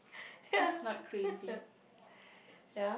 that's not crazy